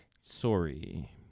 Sorry